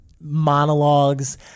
monologues